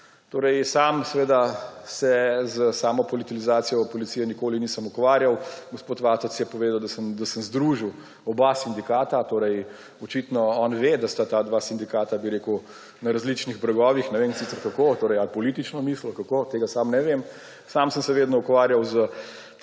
policije. Sam se s politizacijo policije nikoli nisem ukvarjal. Gospod Vatovec je povedal, da sem združil oba sindikata. Torej očitno on ve, da sta ta dva sindikata na različnih bregovih. Ne vem sicer kako, ali politično misli ali kako, tega sam ne vem. Sam sem se vedno ukvarjal s